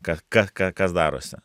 ka ka ka kas darosi